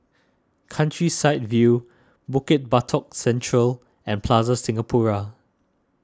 Countryside View Bukit Batok Central and Plaza Singapura